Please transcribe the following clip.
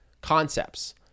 concepts